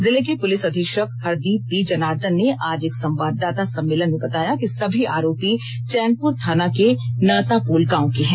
जिले के पुलिस अधीक्षक हरदीप पी जनार्दन ने आज एक संवाददाता सम्मलेन में बताया कि सभी आरोपी चैनपुर थाना के नातापोल गांव के हैं